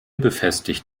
befestigt